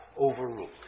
overruled